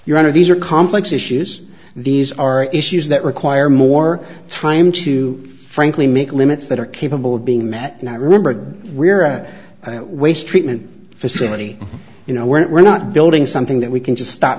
honor these are complex issues these are issues that require more time to frankly make limits that are capable of being met and i remember we're a waste treatment facility you know we're not building something that we can just stop